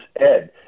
Ed